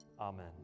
Amen